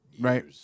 Right